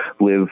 live